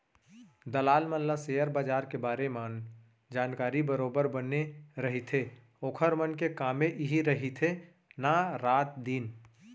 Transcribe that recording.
दलाल मन ल सेयर बजार के बारे मन जानकारी बरोबर बने रहिथे ओखर मन के कामे इही रहिथे ना रात दिन